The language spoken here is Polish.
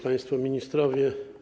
Państwo Ministrowie!